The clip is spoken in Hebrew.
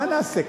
מה נעשה?